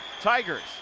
Tigers